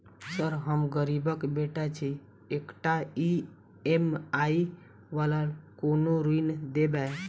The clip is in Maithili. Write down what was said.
सर हम गरीबक बेटा छी एकटा ई.एम.आई वला कोनो ऋण देबै?